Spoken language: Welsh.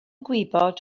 gwybod